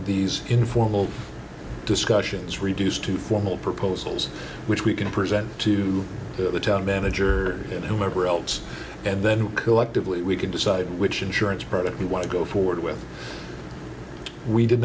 these informal discussions reduced to formal proposals which we can present to the town manager and whoever else and then collectively we can decide which insurance product we want to go forward with we did